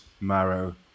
marrow